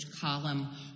column